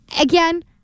Again